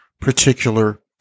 particular